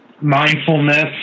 mindfulness